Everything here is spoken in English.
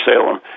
Salem